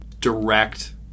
direct